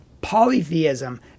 polytheism